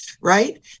Right